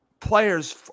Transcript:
Players